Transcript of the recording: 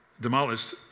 demolished